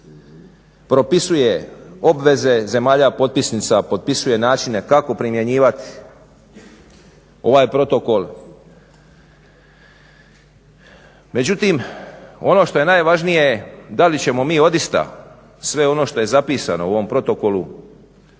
propisuje obveze zemalja potpisnica, propisuje načine kako primjenjivati ovaj protokol. Međutim ono što je najvažnije, da li ćemo mi odista sve ono što je zapisano u ovom protokolu